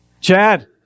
Chad